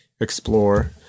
explore